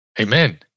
Amen